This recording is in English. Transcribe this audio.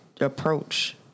approach